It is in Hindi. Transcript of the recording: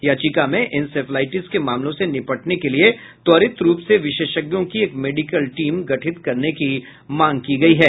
याचिका में इंसेफ्लाईटिस के मामलों से निपटने के लिये त्वरित रूप से विशेषज्ञों की एक मेडिकल टीम गठित करने की मांग की गयी है